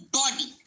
body